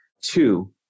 Two